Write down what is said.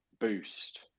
boost